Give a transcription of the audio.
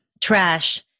trash